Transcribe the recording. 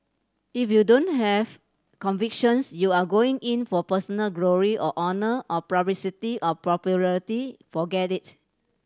if you don't have convictions you are going in for personal glory or honour or publicity or popularity forget it